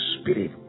Spirit